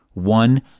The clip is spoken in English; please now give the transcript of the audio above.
One